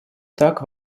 так